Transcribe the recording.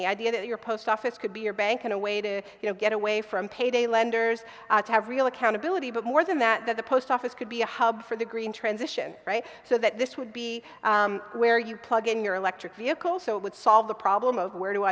the idea that your post office could be your bank and a way to get away from payday lenders to have real accountability but more than that the post office could be a hub for the green transition so that this would be where you plug in your electric vehicle so it would solve the problem of where do